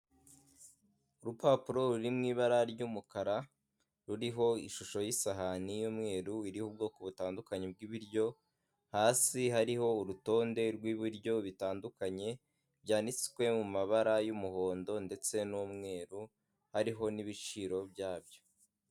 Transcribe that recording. Urupapuro ruri mu ibara ry'umukara, ruriho ishusho y'isahani y'umweru iriho ubwoko butandukanye bw'ibiryo, hasi hariho urutonde rw'ibiryo bitandukanye byanditswe mu mabara y'umuhondo ndetse n'umweru, hariho n'ibiciro byabyo.